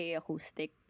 acoustic